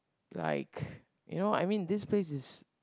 like you know I mean this place is